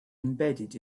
embedded